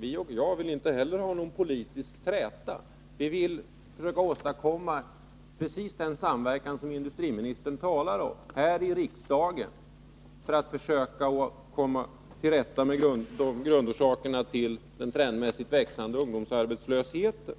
Nej, jag vill inte ha någon politisk träta med industriministern. Tvärtom vill vi försöka åstadkomma här i riksdagen precis den samverkan som industriministern talar om för att komma till rätta med grundorsakerna till den trendmässigt växande ungdomsarbetslösheten.